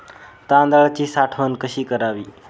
तांदळाची साठवण कशी करावी?